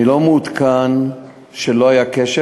אני לא מעודכן שלא היה קשר,